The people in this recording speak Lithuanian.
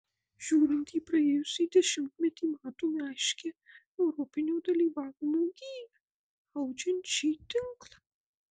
žiūrint į praėjusį dešimtmetį matome aiškią europinio dalyvavimo giją audžiant šį tinklą